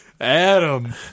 Adam